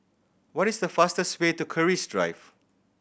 what is the fastest way to Keris Drive